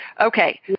Okay